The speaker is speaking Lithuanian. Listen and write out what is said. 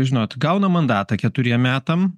žinot gauna mandatą keturiem metam